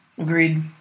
Agreed